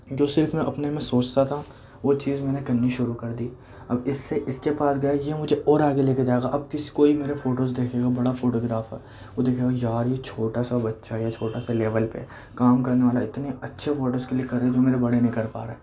جو صرف میں اپنے میں سوچتا تھا وہ چیز میں نے کرنی شروع کر دی اب اس سے اس کے پاس گیا یہ مجھے اور آگے لے کے جائے گا اب کس کوئی میرے فوٹوز دیکھے گا بڑا فوٹوگرافر وہ دیکھے گا یار یہ چھوٹا سا بچہ یہ چھوٹا سا لیول پہ کام کرنے والا اتنے اچھے فوٹوز کلک کر رہا جو میرے بڑے نہیں کر پا رہے